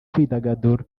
kwidagadura